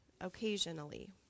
occasionally